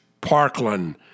Parkland